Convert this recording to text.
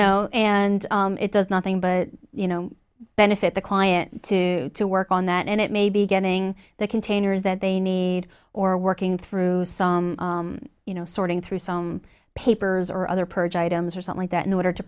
know and it does nothing but you know benefit the client to work on that and it may be getting the containers that they need or working through some you know sorting through some papers or other purge items or something that in order to